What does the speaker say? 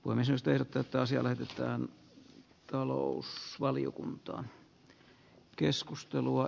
uimisesta ja tätä asiaa lähetystään arvoisa puhemies